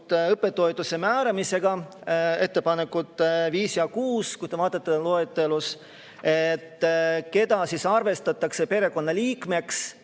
õppetoetuse määramisega. Ettepanekud nr 5 ja 6, kui te vaatate loetelus. Keda siis arvestatakse perekonna liikmeks?